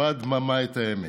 עטפה הדממה את העמק.